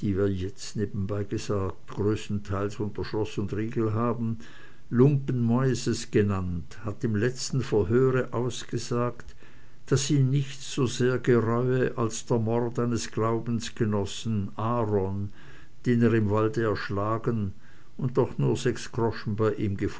jetzt nebenbei gesagt größtenteils unter schloß und riegel haben lumpenmoises genannt hat im letzten verhöre ausgesagt daß ihn nichts so sehr gereue als der mord eines glaubensgenossen aaron den er im walde erschlagen und doch nur sechs groschen bei